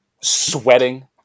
Sweating